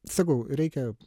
sakau reikia